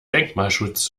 denkmalschutz